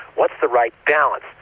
what's the right balance?